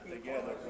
Together